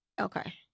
Okay